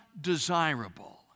desirable